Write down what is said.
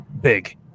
big